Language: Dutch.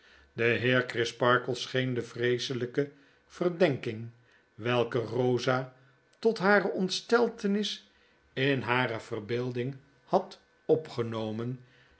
de heer crisparkle scheen de vreeselpe verdenking welke eosa tot hare ontsteltenis in hare verbeelding had opgenomen